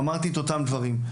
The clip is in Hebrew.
ואמרתי את אותם דברים.